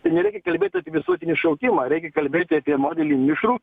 tai nereikia kalbėti apie visuotinį šaukimą reikia kalbėti apie modelių nišų